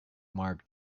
mark